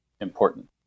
important